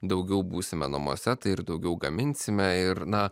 daugiau būsime namuose tai ir daugiau gaminsime ir na